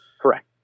Correct